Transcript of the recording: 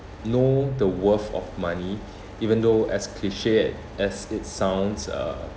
know the worth of money even though as cliche a~ as it sounds uh